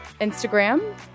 Instagram